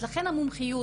אז לכן המומחיות.